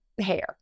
hair